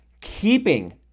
keeping